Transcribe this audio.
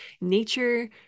nature